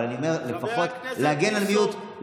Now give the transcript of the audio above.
אבל אני אומר: לפחות להגן על מיעוט.